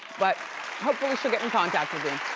but hopefully, she'll get in contact with him.